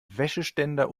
wäscheständer